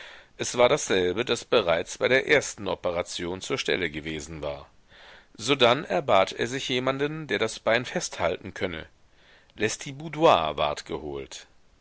es war dasselbe das bereits bei der ersten operation zur stelle gewesen war sodann erbat er sich jemanden der das bein festhalten könne lestiboudois ward geholt